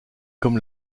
comme